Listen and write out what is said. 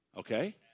Okay